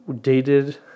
dated